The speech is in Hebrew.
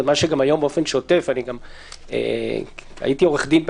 - מה שהיום באופן שוטף הייתי עורך דין,